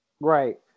right